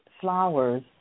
flowers